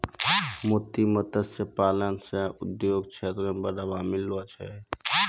मोती मत्स्य पालन से उद्योग क्षेत्र मे बढ़ावा मिललो छै